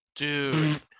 dude